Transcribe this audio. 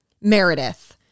Meredith